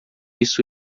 isso